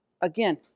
again